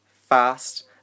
fast